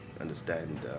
understand